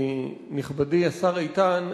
נכבדי השר איתן,